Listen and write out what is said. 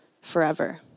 forever